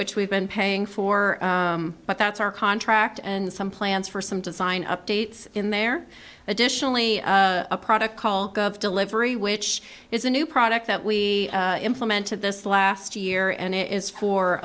which we've been paying for but that's our contract and some plans for some design updates in there additionally a product called delivery which is a new product that we implemented this last year and it is for